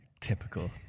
typical